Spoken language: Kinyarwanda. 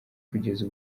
kugeza